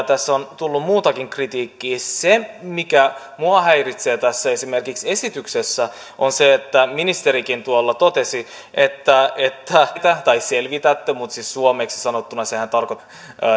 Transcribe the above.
tässä on tullut muutakin kritiikkiä se mikä minua häiritsee esimerkiksi tässä esityksessä on se että ministerikin tuolla totesi että te tulette vielä kiristämään näitä tai selvitätte mutta siis suomeksi sanottuna sehän tarkoittaa sitä että te tulette